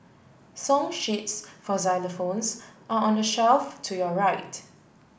song sheets for xylophones are on the shelf to your right